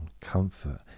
comfort